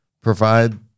provide